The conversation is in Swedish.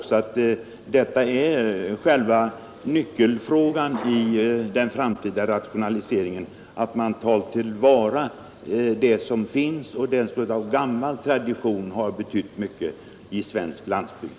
Själva nyckelfrågan i den framtida rationaliseringen är att man tar till vara det som av gammal tradition har betytt mycket för svensk landsbygd.